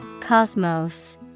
Cosmos